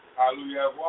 Hallelujah